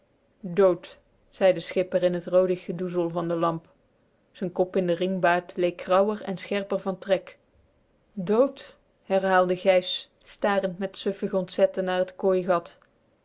dood zei de schipper in t roodig gedoezel van de lamp z'n kop in den ringbaard leek grauw en scherper van trek dood herhaalde gijs starend met suffig ontzetten naar het kooigat